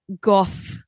goth